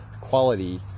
quality